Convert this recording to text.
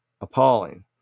appalling